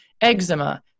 eczema